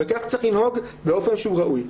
וכך צריך לנהוג באופן שהוא ראוי.